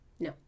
No